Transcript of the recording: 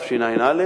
תשע"א,